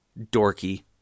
dorky